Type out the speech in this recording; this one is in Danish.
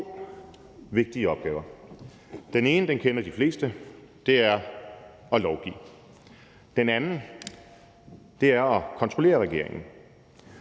vigtige opgaver. Den ene kender de fleste; det er at lovgive. Den anden er at kontrollere regeringen,